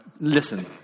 Listen